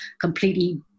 completely